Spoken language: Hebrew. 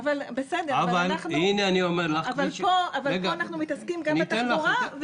בסדר, אבל פה אנחנו מתעסקים גם בתחבורה.